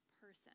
person